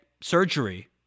surgery